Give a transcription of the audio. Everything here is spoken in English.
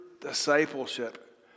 discipleship